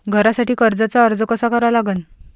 घरासाठी कर्जाचा अर्ज कसा करा लागन?